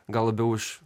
gal labiau iš